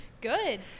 Good